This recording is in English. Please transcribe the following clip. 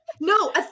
no